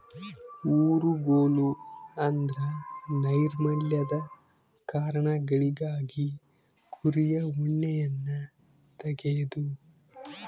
ಊರುಗೋಲು ಎಂದ್ರ ನೈರ್ಮಲ್ಯದ ಕಾರಣಗಳಿಗಾಗಿ ಕುರಿಯ ಉಣ್ಣೆಯನ್ನ ತೆಗೆದು